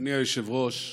אדוני היושב-ראש,